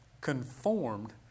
conformed